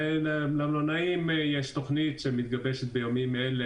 למלונאים יש תוכנית שמתגבשת בימים אלה.